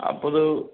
അപ്പതൂ